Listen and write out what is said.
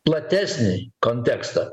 platesnį kontekstą